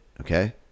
okay